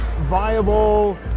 viable